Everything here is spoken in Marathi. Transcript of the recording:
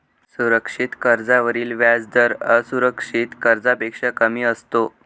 सुरक्षित कर्जावरील व्याजदर असुरक्षित कर्जापेक्षा कमी असतो